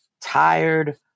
tired